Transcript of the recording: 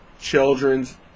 Children's